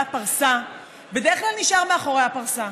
הפרסה בדרך כלל נשאר מאחורי הפרסה.